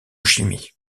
chimie